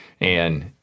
And-